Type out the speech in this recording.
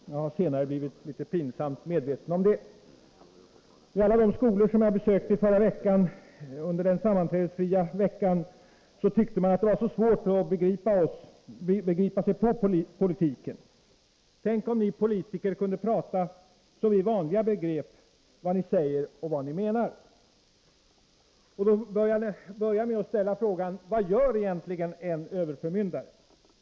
Senare har jag blivit litet pinsamt medveten om detta. Ialla de skolor som jag besökte under den sammanträdesfria veckan tyckte man att det var så svårt att begripa sig på politiken, och man sade: ”Tänk om ni politiker kunde prata så att vi vanliga människor begrep vad ni menar!” Vi kan då börja med att ställa frågan: Vad gör egentligen en överförmyndare?